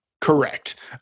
Correct